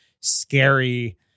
scary